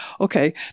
okay